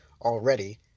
already